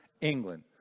England